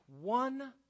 one